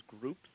groups